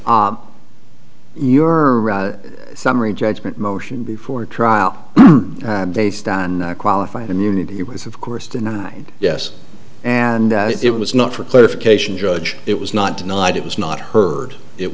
your summary judgment motion before trial based on qualified immunity was of course denied yes and it was not for clarification judge it was not denied it was not heard it